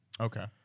Okay